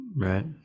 Right